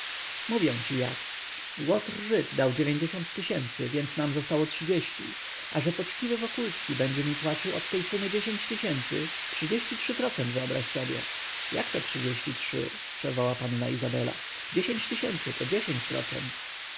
mówię ci jak łotr żyd dał tysięcy więc nam zostało trzydzieści a że poczciwy wokulski będzie mi płacił od tej sumy dziesięć tysięcy trzydzieści trzy procent wyobraź sobie jakto trzydzieści trzy przerwała panna izabela dziesięć tysięcy to dziesięć procent